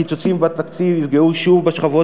הקיצוצים בתקציב יפגעו שוב בשכבות